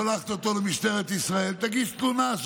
היא שולחת אותו למשטרת ישראל: תגיש תלונה,